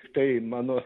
štai mano